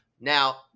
Now